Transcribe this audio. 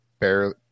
barely